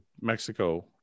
Mexico